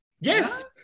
Yes